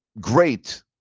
great